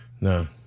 no